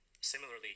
Similarly